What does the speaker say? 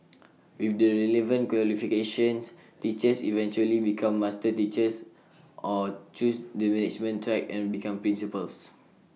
with the relevant qualifications teachers eventually become master teachers or choose the management track and become principals